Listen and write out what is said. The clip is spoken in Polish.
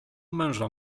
męża